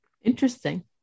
Interesting